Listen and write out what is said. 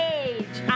age